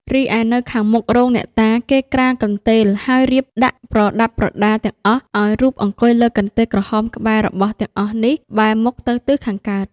រីឯនៅខាងមុខរោងអ្នកតា គេក្រាលកន្ទេល ហើយរៀបដាក់ប្រដាប់ប្រដាទាំងអស់ ឲ្យរូបអង្គុយលើកន្ទេលក្រហមក្បែររបស់ទាំងអស់នេះ បែរមុខទៅទិសខាងកើត ។